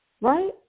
right